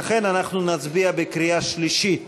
לכן אנחנו נצביע בקריאה שלישית